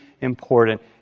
important